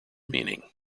meaning